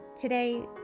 today